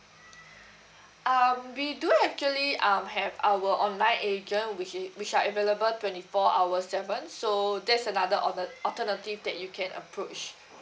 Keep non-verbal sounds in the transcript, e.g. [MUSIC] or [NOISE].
[NOISE] um we do actually um have our online agent which i~ which are available twenty four hour seven so that's another alter~ [NOISE] alternative that you can approach